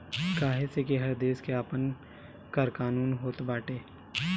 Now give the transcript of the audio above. काहे से कि हर देस के आपन कर कानून होत बाटे